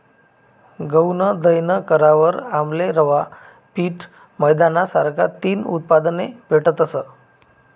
गऊनं दयन करावर आमले रवा, पीठ, मैदाना सारखा तीन उत्पादने भेटतस